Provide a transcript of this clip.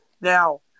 Now